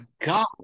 god